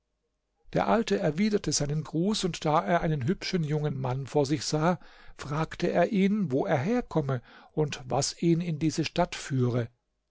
der alte erwiderte seinen gruß und da er einen hübschen jungen mann vor sich sah fragte er ihn wo er herkomme und was ihn in diese stadt führe